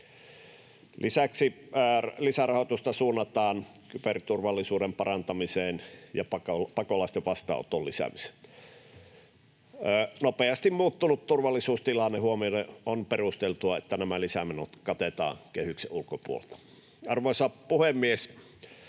Lisäksi lisärahoitusta suunnataan kyberturvallisuuden parantamiseen ja pakolaisten vastaanoton lisäämiseen. Nopeasti muuttunut turvallisuustilanne huomioiden on perusteltua, että nämä lisämenot katetaan kehyksen ulkopuolelta. Arvoisa puhemies!